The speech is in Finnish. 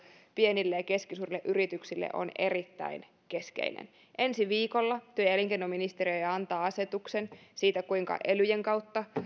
pienille ja keskisuurille yrityksille on erittäin keskeinen jo ensi viikolla työ ja elinkeinoministeriö antaa asetuksen siitä kuinka elyjen kautta